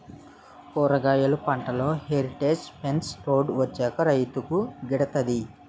కూరగాయలు పంటలో heritage fence road వచ్చాక రైతుకు గిడతంది